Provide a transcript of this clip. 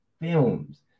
films